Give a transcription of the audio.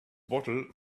bottle